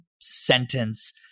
sentence